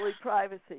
privacy